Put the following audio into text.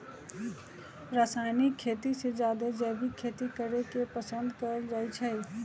रासायनिक खेती से जादे जैविक खेती करे के पसंद कएल जाई छई